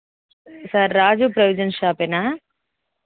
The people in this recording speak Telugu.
sir Raju provision షాపేనా